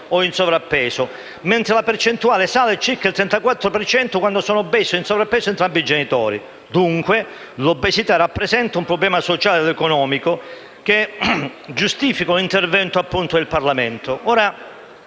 o in sovrappeso, mentre la percentuale sale a circa il 34 per cento quando sono obesi o in sovrappeso entrambi i genitori. Dunque: l'obesità rappresenta un problema sociale ed economico che necessita l'intervento del Governo e del Parlamento.